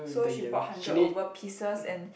so she bought hundred over pieces and